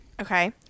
okay